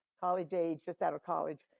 college age, just out of college.